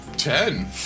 Ten